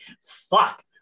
fuck